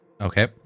Okay